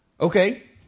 Okay